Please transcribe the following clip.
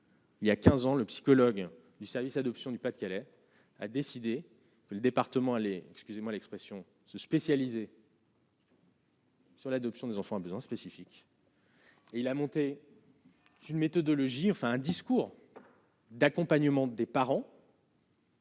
Il y a 15 ans, le psychologue du service : adoption du Pas-de-Calais a décidé département excusez-moi l'expression se spécialiser. Sur l'adoption des enfants à besoins spécifiques. Et il a monté une méthodologie enfin un discours d'accompagnement des parents.